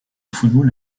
football